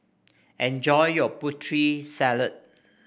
enjoy your Putri Salad